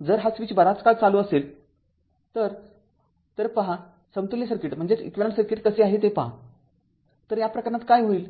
तर जर हा स्विच बराच काळ चालू असेल तरतर पहा समतुल्य सर्किट कसे आहे ते पहा तर या प्रकरणात काय होईल